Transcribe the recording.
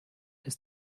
ist